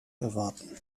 erwarten